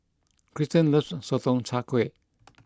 Kirsten loves Sotong Char Kway